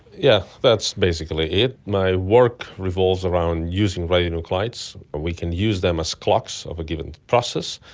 yes, that's basically it. my work revolves around using radionuclides. we can use them as clocks of a given process,